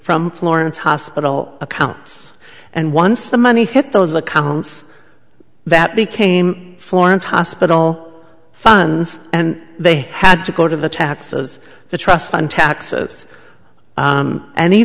from florence hospital accounts and once the money hit those accounts that became florence hospital funds and they had to go to the taxes the trust fund taxes on any